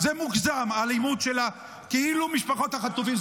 זה מוגזם, האלימות של הכאילו-משפחות חטופים.